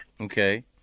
okay